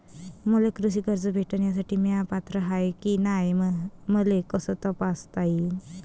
मले कृषी कर्ज भेटन यासाठी म्या पात्र हाय की नाय मले कस तपासता येईन?